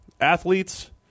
athletes